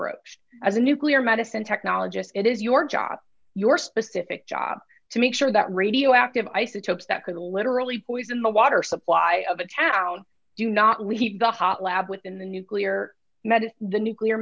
a nuclear medicine technologists it is your job your specific job to make sure that radioactive isotopes that could literally poison the water supply of a town you not we keep the hot lab within the nuclear medicine the nuclear